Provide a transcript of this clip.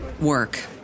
work